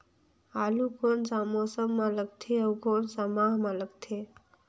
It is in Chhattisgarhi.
आलू कोन सा मौसम मां लगथे अउ कोन सा माह मां लगथे?